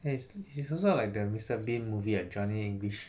ya he's he's also like the mister bean movie like johnny english